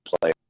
play